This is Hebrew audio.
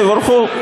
תבורכו.